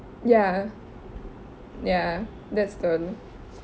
ya ya that's the